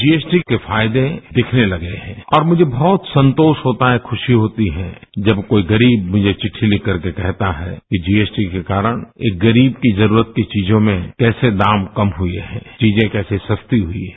GST के फायदे दिखने लगे है और मुझे बहुत संतोष होता है खुशी होती जब कोई गरीब मुझे विद्वी लिखकर के कहता है कि जीएसटी के कारण एक गरीब की जरूरत की चीजों में पैसे दाम कम हुए हैं चीजें कैसे सस्ती हुई हैं